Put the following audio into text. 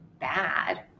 bad